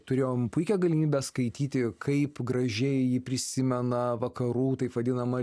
turėjom puikią galimybę skaityti kaip gražiai ji prisimena vakarų taip vadinama